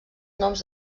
noms